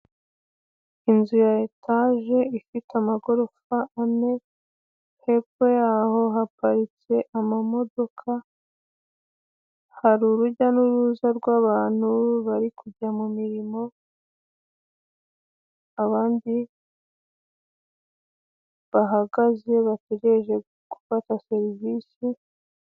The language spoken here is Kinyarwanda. Inzu ya etaje ifite amagorofa ane, hepfo yaho haparitse amamodoka, hari urujya n'uruza rw'abantu bari kujya mu mirimo, abandi bahagaze bategereje gufata serivisi,,,